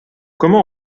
comment